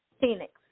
Phoenix